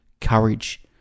courage